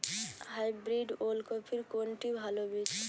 Hybrid ওল কপির কোনটি ভালো বীজ?